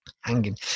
hanging